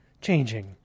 changing